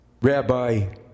Rabbi